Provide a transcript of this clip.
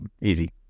Easy